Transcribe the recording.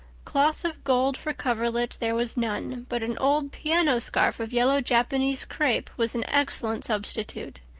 cloth of gold for coverlet there was none, but an old piano scarf of yellow japanese crepe was an excellent substitute.